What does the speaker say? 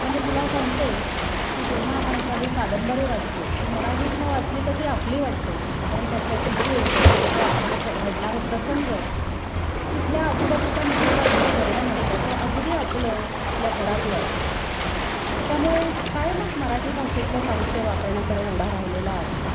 म्हणजे तुला सांगते की जेव्हा आपण एखादी कादंबरी वाचतो ती मराठीतनं वाचली तर ती आपली वाटते कारण त्यातल्या सिच्युएशन तिथे असलेले प्र घडणारे प्रसंग तिथल्या आजूबाजूच्या निसर्गाचं जे वर्णन असतं ते अगदी आपलं आपल्या घरातलं असतं त्यामुळे कायमच मराठी भाषेतलं साहित्य वापरण्याकडे ओढा राहिलेला आहे